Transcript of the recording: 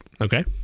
Okay